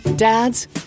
Dads